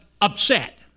upset